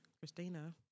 Christina